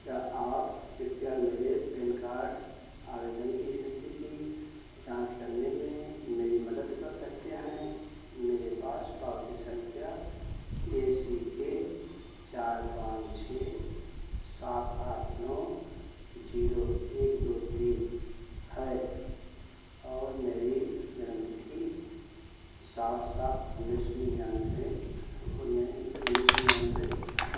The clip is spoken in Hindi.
क्या आप कृपया मेरे पैन कार्ड आवेदन की स्थिति की जाँच करने में मेरी मदद कर सकते हैं मेरे पास पावती संख्या ए सी के चार पाँच छः सात आठ नौ जीरो एक दो तीन है और मेरी जन्मतिथि सात सात उन्नीस सौ निन्यानबे उन्नीस सौ निन्यानबे है